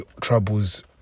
troubles